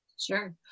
Sure